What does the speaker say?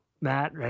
matt